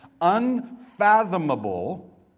unfathomable